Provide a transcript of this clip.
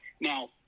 Now